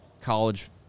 college